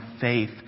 faith